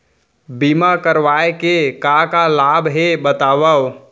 बीमा करवाय के का का लाभ हे बतावव?